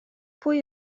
pwy